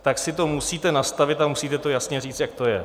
Tak si to musíte nastavit a musíte to jasně říct, jak to je.